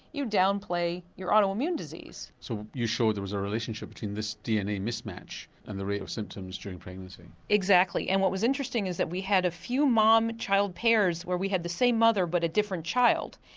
you downplay your auto-immune disease. so you showed there was a relationship between this dna mismatch and the rate of symptoms during pregnancy. exactly. and what was interesting is that we had a few mom child pairs where we had the same mother but a different child,